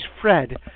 Fred